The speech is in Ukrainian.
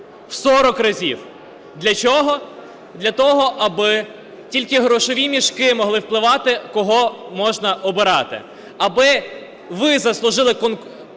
В 40 разів. Для чого? Для того, аби тільки грошові мішки могли впливати, кого можна обирати, аби ви заслужили можливість